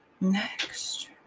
Next